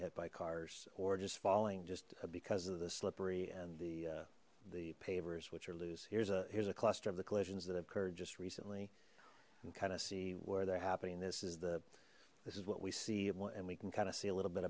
hit by cars or just falling just because of the slippery and the the pavers which are loose here's a here's a cluster of the collisions that have occurred just recently and kind of see where they're happening this is the this is what we see and we can kind of see a little bit